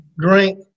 drink